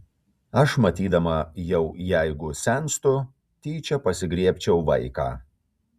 aš matydama jau jeigu senstu tyčia pasigriebčiau vaiką